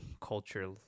culture